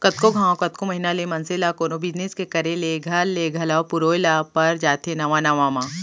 कतको घांव, कतको महिना ले मनसे ल कोनो बिजनेस के करे ले घर ले घलौ पुरोय ल पर जाथे नवा नवा म